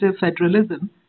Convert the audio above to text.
federalism